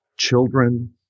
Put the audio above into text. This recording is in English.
Children